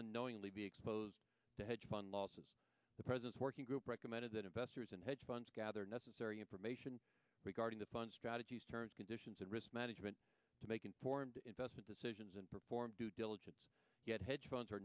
unknowingly be exposed to hedge fund losses the president's working group recommended that investors and hedge funds gather necessary information regarding the fund strategies turns conditions and risk management to make informed investment decisions and perform due diligence yet he